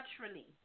naturally